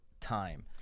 time